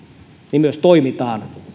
niin myös toimitaan